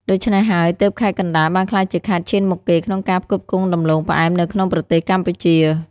ដូច្នេះហើយ ទើបខេត្តកណ្ដាលបានក្លាយជាខេត្តឈានមុខគេក្នុងការផ្គត់ផ្គង់ដំឡូងផ្អែមនៅក្នុងប្រទេសកម្ពុជា។